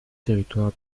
territoire